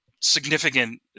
significant